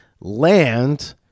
land